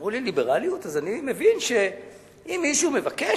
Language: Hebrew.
אמרו לי ליברליות אז אני מבין שאם מישהו מבקש,